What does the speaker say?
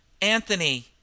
anthony